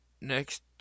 Next